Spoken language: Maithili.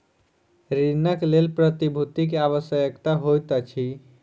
ऋणक लेल प्रतिभूति के आवश्यकता होइत अछि